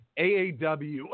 AAW